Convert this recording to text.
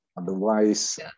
Otherwise